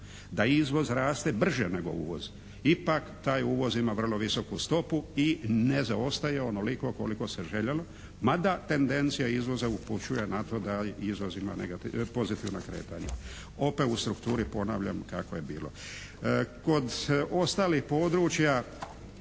da izvoz raste brže nego uvoz. Ipak taj uvoz ima vrlo visoku stopu i ne zaostaje onoliko koliko se željelo. Mada tendencija izvoza upućuje na to da izvoz ima pozitivna kretanja. Opet u strukturi ponavljam kako je bilo. Kod ostalih područja